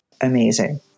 amazing